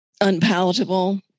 unpalatable